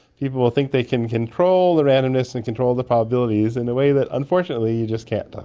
people will think they can control the randomness and control the probabilities in a way that unfortunately you just can't. ah